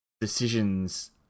decisions